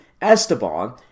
Esteban